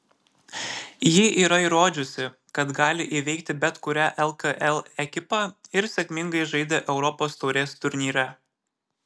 ji yra įrodžiusi kad gali įveikti bet kurią lkl ekipą ir sėkmingai žaidė europos taurės turnyre